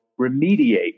remediate